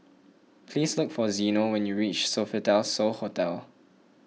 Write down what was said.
please look for Zeno when you reach Sofitel So Hotel